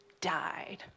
died